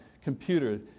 computer